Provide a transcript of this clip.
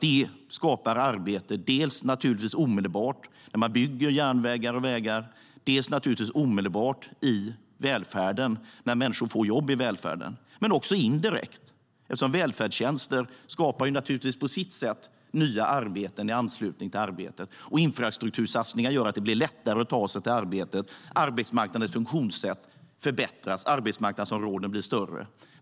Det skapar arbete, dels naturligtvis omedelbart när man bygger järnvägar och vägar, dels naturligtvis omedelbart i välfärden när människor får jobb i välfärden men dels också indirekt, eftersom välfärdstjänster på sitt sätt skapar nya arbeten i anslutning till arbetet. Infrastruktursatsningar gör att det blir lättare att ta sig till arbetet. Arbetsmarknadens funktionssätt förbättras. Arbetsmarknadsområdena blir större.